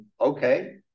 okay